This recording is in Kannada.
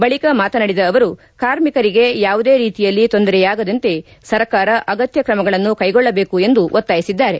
ಬಳಿಕ ಮಾತನಾಡಿದ ಅವರು ಕಾರ್ಮಿಕರಿಗೆ ಯಾವುದೇ ರೀತಿಯಲ್ಲಿ ತೊಂದರೆಯಾಗದಂತೆ ಸರ್ಕಾರ ಅಗತ್ಯ ಕ್ರಮಗಳನ್ನು ಕೈಗೊಳ್ಳಬೇಕು ಎಂದು ಒತ್ತಾಯಿಸಿದ್ದಾರೆ